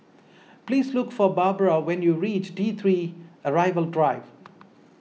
please look for Barbra when you reach T three Arrival Drive